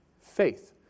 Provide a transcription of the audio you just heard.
faith